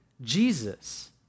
Jesus